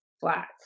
flats